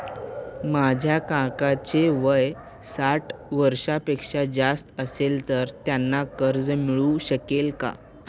माझ्या काकांचे वय साठ वर्षांपेक्षा जास्त असेल तर त्यांना कर्ज मिळू शकेल का?